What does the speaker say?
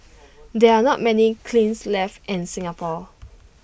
there are not many kilns left in Singapore